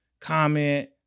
Comment